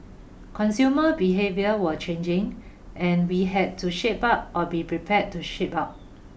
consumer behaviour were changing and we had to shape up or be prepared to ship out